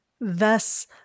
Thus